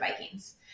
Vikings